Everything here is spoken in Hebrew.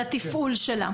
על התפעול שלה?